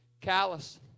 callous